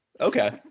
Okay